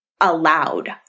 allowed